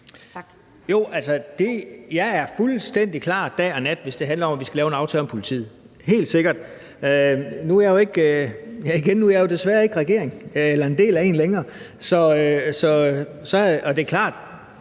jeg er fuldstændig klar dag og nat, hvis det handler om, at vi skal lave en aftale om politiet, helt sikkert. Nu er jeg jo desværre ikke en del af regeringen længere, og det er klart,